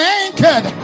anchored